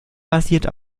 basiert